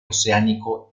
oceánico